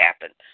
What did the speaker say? happen